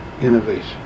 innovation